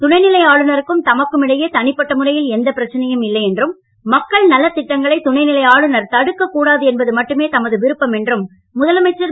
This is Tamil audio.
துணைநிலை ஆளுநருக்கும் தமக்கும் இடையே தனிப்பட்ட முறையில் எந்தப் பிரச்சனையும் இல்லை என்றும் மக்கள் நலத் திட்டங்களை துணைநிலை ஆளுநர் தடுக்கக் கூடாது என்பது மட்டுமே தமது விருப்பம் என்றும் முதலமைச்சர் திரு